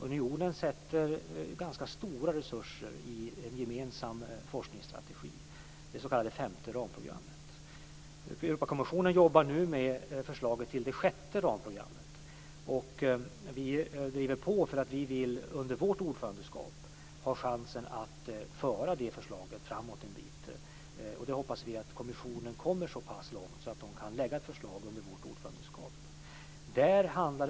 Unionen sätter ganska stora resurser i en gemensam forskningsstrategi, det s.k. femte ramprogrammet. EU-kommissionen jobbar nu med ett förslag till det sjätte ramprogrammet. Vi driver på för att vi vill under vårt ordförandeskap ha chansen att föra det förslaget framåt en bit. Vi hoppas att kommissionen kommer så pass långt att man kan lägga fram ett förslag under vårt ordförandeskap.